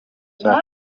cya